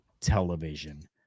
television